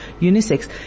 unisex